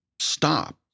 stop